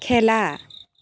খেলা